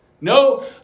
no